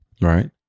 Right